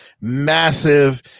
massive